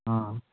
ꯑꯥ